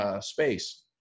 space